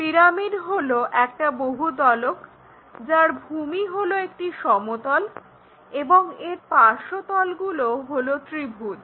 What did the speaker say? pyramid হলো একটা বহুতলক যার ভূমি হলো একটি সমতল এবং এর পার্শ্বতলগুলো হলো ত্রিভুজ